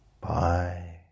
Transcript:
Bye